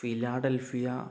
philadelphia